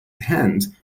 hand